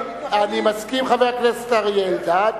אני מסכים עם חבר הכנסת אריה אלדד,